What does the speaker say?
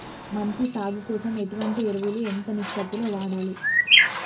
మంచి సాగు కోసం ఎటువంటి ఎరువులు ఎంత నిష్పత్తి లో వాడాలి?